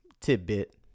tidbit